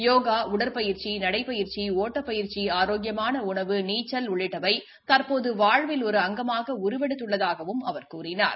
யோகா உற்பயிற்சி நடைபயிற்சி ஒட்டப்பயிற்சி ஆரோக்கியமான உணவு நீச்சல் உள்ளிட்டவை தற்போது வாழ்வில் ஒரு அங்கமாக உருவெடுத்துள்ளதாகவும் அவர் கூறினார்